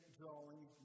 drawing